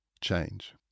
change